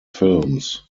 films